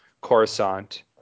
Coruscant